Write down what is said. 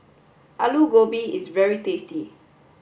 Alu Gobi is very tasty